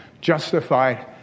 justified